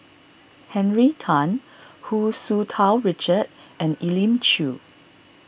Henry Tan Hu Tsu Tau Richard and Elim Chew